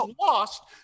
lost